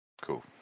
Cool